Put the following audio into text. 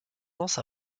tendance